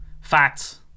facts